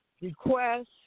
Request